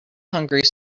hungry